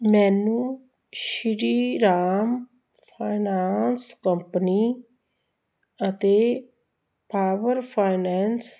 ਮੈਨੂੰ Shriram finance company ਅਤੇ power finance